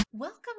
Welcome